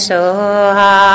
Soha